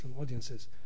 audiences